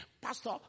Pastor